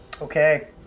Okay